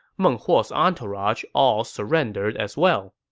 meng huo's entourage all surrendered as well.